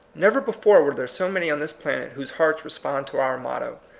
never before were there so many on this planet whose hearts respond to our motto.